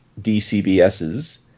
DCBSs